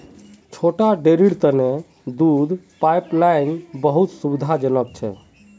छोटा डेरीर तने दूध पाइपलाइन बहुत सुविधाजनक छ